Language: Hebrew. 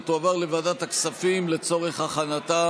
ותועבר לוועדת הכספים לצורך הכנתה